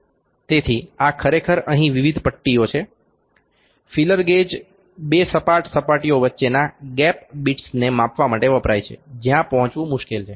તેથી આ ખરેખર અહીં વિવિધ પટ્ટીઓ છે ફીલર ગેજ બે સપાટ સપાટીઓ વચ્ચેના ગેપ બિટ્સને માપવા માટે વપરાય છે જ્યાં પહોંચવું મુશ્કેલ છે